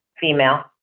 female